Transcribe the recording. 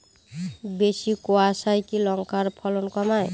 বেশি কোয়াশায় কি লঙ্কার ফলন কমায়?